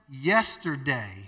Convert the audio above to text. yesterday